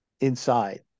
inside